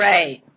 Right